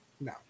no